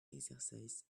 exercise